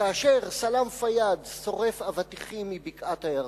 כאשר סלאם פיאד שורף אבטיחים מבקעת-הירדן,